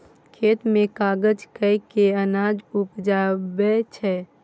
खेत मे काज कय केँ अनाज उपजाबै छै